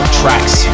tracks